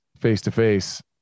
face-to-face